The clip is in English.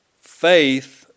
faith